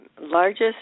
largest